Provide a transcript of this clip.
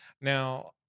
Now